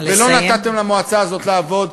ולא נתתם למועצה הזאת לעבוד.